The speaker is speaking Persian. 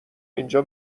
اینجا